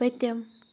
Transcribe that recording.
پٔتِم